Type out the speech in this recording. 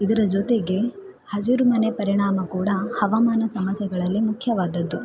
ಇದರ ಜೊತೆಗೆ ಹಸಿರು ಮನೆ ಪರಿಣಾಮ ಕೂಡ ಹವಾಮಾನ ಸಮಸ್ಯೆಗಳಲ್ಲಿ ಮುಖ್ಯವಾದದ್ದು